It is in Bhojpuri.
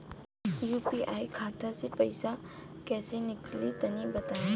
यू.पी.आई खाता से पइसा कइसे निकली तनि बताई?